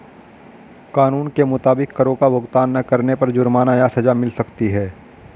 कानून के मुताबिक, करो का भुगतान ना करने पर जुर्माना या सज़ा मिल सकती है